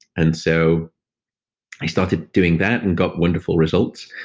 and so i started doing that and got wonderful results.